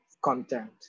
content